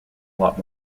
lot